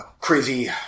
crazy